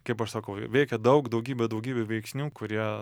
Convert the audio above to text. kaip aš sakau veikia daug daugybė daugybė veiksnių kurie